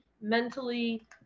mentally